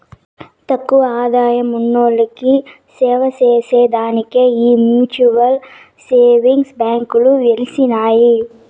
తక్కువ ఆదాయమున్నోల్లకి సేవచేసే దానికే ఈ మ్యూచువల్ సేవింగ్స్ బాంకీలు ఎలిసినాయి